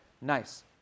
nice